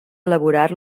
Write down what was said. elaborar